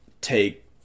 take